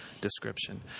description